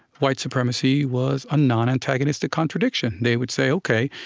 white supremacy was a non-antagonistic contradiction. they would say, ok,